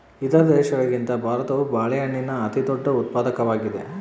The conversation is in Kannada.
ಇತರ ದೇಶಗಳಿಗಿಂತ ಭಾರತವು ಬಾಳೆಹಣ್ಣಿನ ಅತಿದೊಡ್ಡ ಉತ್ಪಾದಕವಾಗಿದೆ